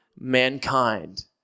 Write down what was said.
Mankind